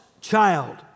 child